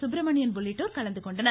சுப்பிரமணியன் உள்ளிட்டோர் கலந்துகொண்டனர்